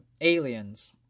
aliens